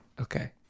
okay